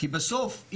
כי בסוף,